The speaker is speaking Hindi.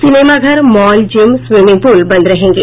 सिनेमाघर मॉल जिम स्विमिंग पुल बंद रहेंगे